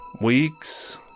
Weeks